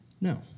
No